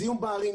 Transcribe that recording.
זיהום בערים,